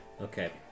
Okay